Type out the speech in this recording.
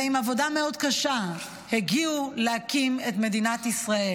ועם עבודה מאוד קשה הגיעו להקים את מדינת ישראל,